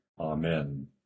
Amen